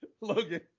Logan